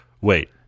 Wait